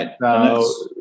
Right